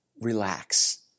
relax